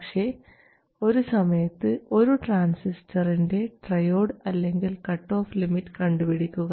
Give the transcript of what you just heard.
പക്ഷേ ഒരു സമയത്ത് ഒരു ട്രാൻസിസ്റ്ററിൻറെ ട്രയോഡ് അല്ലെങ്കിൽ കട്ട് ഓഫ് ലിമിറ്റ് കണ്ടുപിടിക്കുക